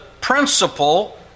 principle